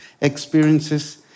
experiences